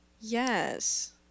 Yes